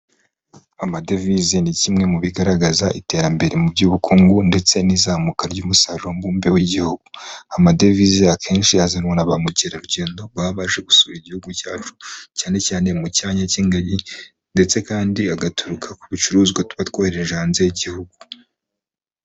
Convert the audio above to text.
Amadevize ni kimwe mu bigaragaza iterambere mu by'ubukungu ndetse n'izamuka ry'umusarurobumbe w'igihugu. Amadevize akenshi azanwa na ba mukerarugendo babaje gusura igihugu cyacu cyane cyane mu cyanya cy'ingagi ndetse kandi agaturuka ku bicuruzwa tuba twohereje hanze y'igihugu.